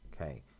Okay